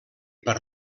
per